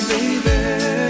Baby